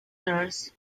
nurse